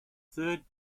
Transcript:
third